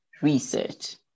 research